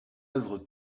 œuvre